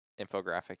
infographic